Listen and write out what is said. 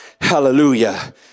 Hallelujah